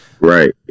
right